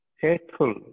faithful